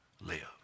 live